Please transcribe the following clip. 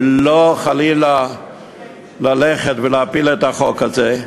ולא חלילה ללכת ולהפיל את החוק הזה.